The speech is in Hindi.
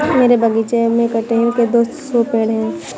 मेरे बगीचे में कठहल के दो सौ पेड़ है